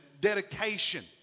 dedication